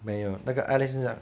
没有那个 eyelash 是怎样